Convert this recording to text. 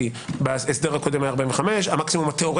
גם 1 ו-3.